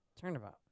turnabout